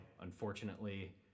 unfortunately